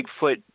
Bigfoot